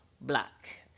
black